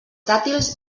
dàtils